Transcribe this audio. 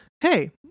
hey